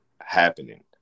happening